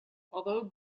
although